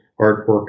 artwork